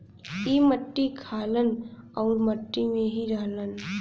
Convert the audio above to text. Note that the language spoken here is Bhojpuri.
ई मट्टी खालन आउर मट्टी में ही रहलन